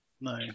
no